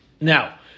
Now